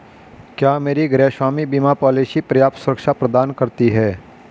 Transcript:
क्या मेरी गृहस्वामी बीमा पॉलिसी पर्याप्त सुरक्षा प्रदान करती है?